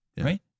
Right